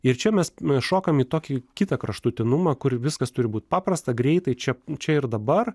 ir čia mes šokam į tokį kitą kraštutinumą kur viskas turi būti paprasta greitai čia čia ir dabar